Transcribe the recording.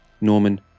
Norman